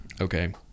Okay